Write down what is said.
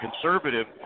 conservative